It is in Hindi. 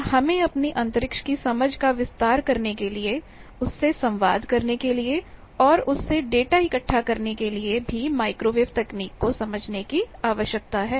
और हमें अपनी अंतरिक्ष की समझ का विस्तार करने के लिए उससे संवाद करने के लिए और उससे डेटा इकट्ठा करने के लिए माइक्रोवेव तकनीक को समझने की आवश्यकता है